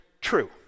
true